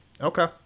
Okay